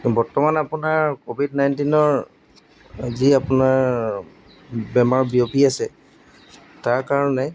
বৰ্তমান আপোনাৰ ক'ভিড নাইনটিনৰ যি আপোনাৰ বেমাৰ বিয়পি আছে তাৰকাৰণে